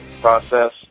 process